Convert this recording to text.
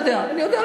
אני יודע, אני יודע.